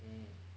um